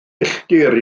milltir